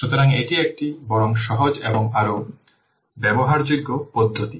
সুতরাং এটি একটি বরং সহজ এবং আরো ব্যবহারযোগ্য পদ্ধতি